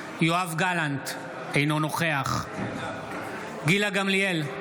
גלנט, אינו נוכח גילה גמליאל,